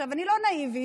אני לא נאיבית,